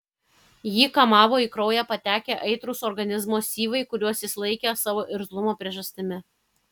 jį kamavo į kraują patekę aitrūs organizmo syvai kuriuos jis laikė savo irzlumo priežastimi